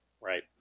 Right